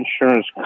insurance